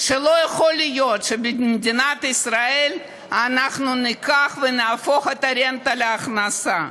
שלא יכול להיות שבמדינת ישראל אנחנו ניקח ונהפוך את הרנטה להכנסה.